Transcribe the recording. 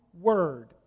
word